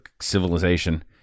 civilization